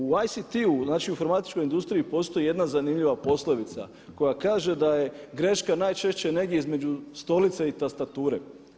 U ICT-u znači u informatičkoj industriji postoji jedna zanimljiva poslovica koja kaže da je greška najčešće negdje između stolice i tastature.